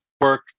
work